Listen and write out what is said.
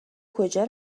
کجا